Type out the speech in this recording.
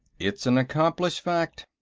it's an accomplished fact.